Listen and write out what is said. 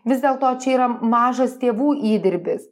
vis dėlto čia yra mažas tėvų įdirbis